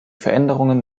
veränderungen